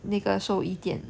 那个兽医店